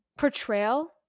portrayal